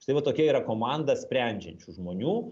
štai va tokia yra komanda sprendžiančių žmonių